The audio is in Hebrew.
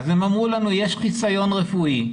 הם אמרו לנו שיש חסיון רפואי.